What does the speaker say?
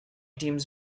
teams